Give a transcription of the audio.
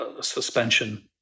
suspension